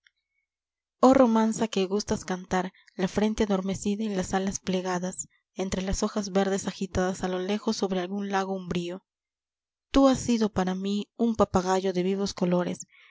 romanza que gustas cantar la frente adormecida y las alas plegadas entre las hojas verdes agitadas a lo lejos sobre algún lago umbrío tú has sido para mí un papagayo de vivos colores